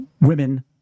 women